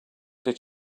did